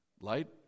Light